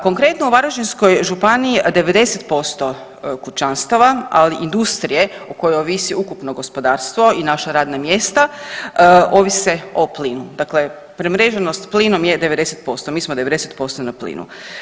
Konkretno, u Varaždinskoj županiji 90% kućanstava, ali i industrije o kojoj ovisi ukupno gospodarstvo i naša radna mjesta ovise o plinu, dakle premreženost plinom je 90%, mi smo 90% na plinu.